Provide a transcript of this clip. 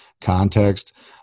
context